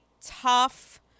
tough